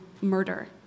murder